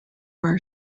are